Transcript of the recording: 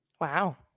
Wow